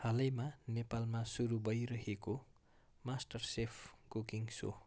हालैमा नेपालमा सुरू भइरहेको मास्टरसेफ कुकिङ सो